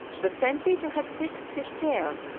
that st. peter had fixed his chair,